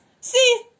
See